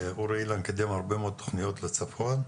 אורי אילן קידם הרבה מאוד תוכניות לצפון,